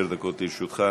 בבקשה, עשר דקות לרשותך.